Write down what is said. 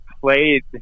played